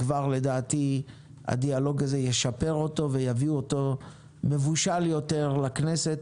לדעתי הדיאלוג הזה ישפר אותו ויביא אותו מבושל יותר לכנסת,